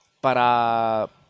para